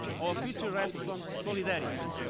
our future rests on solidarity.